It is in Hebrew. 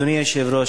אדוני היושב-ראש,